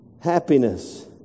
happiness